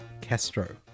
Castro